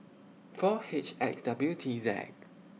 four H X W T Z